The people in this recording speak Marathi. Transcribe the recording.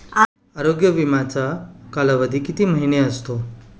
आरोग्य विमाचा कालावधी किती महिने असतो?